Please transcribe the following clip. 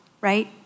right